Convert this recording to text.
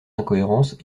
incohérences